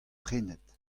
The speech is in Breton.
prenet